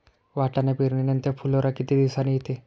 वाटाणा पेरणी नंतर फुलोरा किती दिवसांनी येतो?